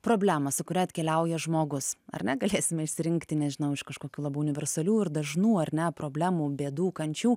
problemą su kuria atkeliauja žmogus ar ne galėsime išsirinkti nežinau iš kažkokių labai universalių ir dažnų ar ne problemų bėdų kančių